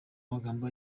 amagambo